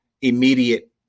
immediate